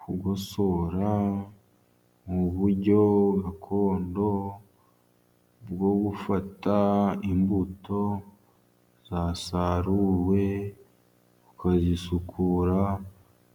Kugosora mu buryo gakondo bwo gufata imbuto zasaruwe, ukazisukura